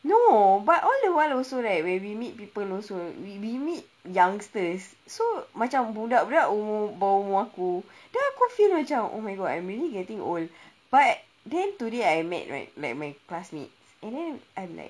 no but all the while also like where we meet people also we will meet youngsters so macam budak pula umur bawah umur aku dah aku feel macam oh my god I'm really getting old but then today I met right met my classmates and then I'm like